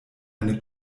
eine